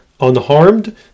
unharmed